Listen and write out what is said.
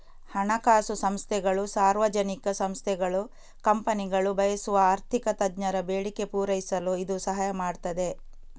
ಹಣಕಾಸು ಸಂಸ್ಥೆಗಳು, ಸಾರ್ವಜನಿಕ ಸಂಸ್ಥೆಗಳು, ಕಂಪನಿಗಳು ಬಯಸುವ ಆರ್ಥಿಕ ತಜ್ಞರ ಬೇಡಿಕೆ ಪೂರೈಸಲು ಇದು ಸಹಾಯ ಮಾಡ್ತದೆ